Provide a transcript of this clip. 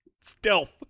Stealth